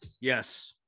Yes